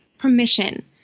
permission